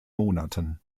monaten